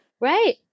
Right